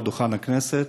מעל דוכן הכנסת,